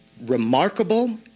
remarkable